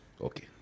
Okay